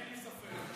אין ספק.